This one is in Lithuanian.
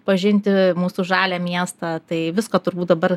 pažinti mūsų žalią miestą tai viską turbūt dabar